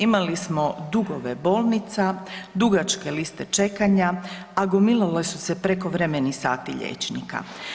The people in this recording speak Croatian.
Imali smo dugove bolnice, dugačke liste čekanja, a gomilali su se prekovremeni sati liječnika.